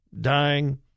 Dying